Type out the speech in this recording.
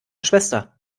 schwester